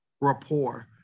rapport